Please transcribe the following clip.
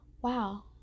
Wow